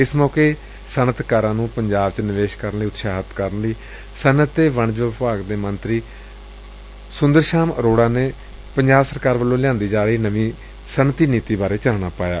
ਇਸ ਮੌਕੇ ਸਨਅਤਕਾਰਾਂ ਨੁੰ ਪੰਜਾਬ ਵਿੱਚ ਨਿਵੇਸ਼ ਲਈ ਉਤਸ਼ਾਹਿਤ ਕਰਨ ਲਈ ਸਨਅਤਾਂ ਅਤੇ ਵਣਜ ਵਿਭਾਗ ਦੇ ਕੈਬਨਿਟ ਮੰਤਰੀ ਸੁੰਦਰ ਸ਼ਾਮ ਅਰੋਤਾ ਨੇ ਪੰਜਾਬ ਸਰਕਾਰ ਵੱਲੋਂ ਲਿਆਂਦੀ ਜਾ ਰਹੀ ਨਵੀਂ ਸਨਅਤੀ ਨੀਤੀ ਬਾਰੇ ਚਾਨਣਾ ਪਾਇਆ